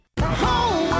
Home